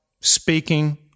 speaking